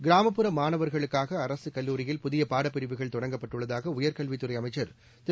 கிராமப்புற மாணவர்களுக்காக அரசு கல்லூரியில் புதிய பாடப்பிரிவுகள் தொடங்கப்பட்டுள்ளதாக உயர்கல்வித்துறை அமைச்சா் திரு